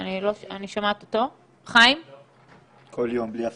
כל יום, בלי הפסקה.